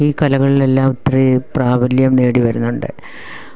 ഈ കലകളിലെല്ലാം അത്രയും പ്രാബല്യം നേടി വരുന്നുണ്ട്